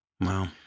Wow